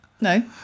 No